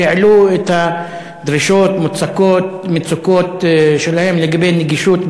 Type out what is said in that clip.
שהעלו את הדרישות והמצוקות שלהם לגבי נגישות,